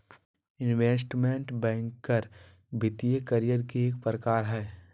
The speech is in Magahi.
इन्वेस्टमेंट बैंकर वित्तीय करियर के एक प्रकार हय